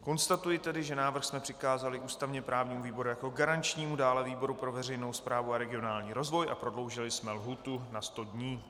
Konstatuji tedy, že návrh jsme přikázali ústavněprávnímu výboru jako garančnímu, dále výboru pro veřejnou správu a regionální rozvoj a prodloužili jsme lhůtu na sto dnů.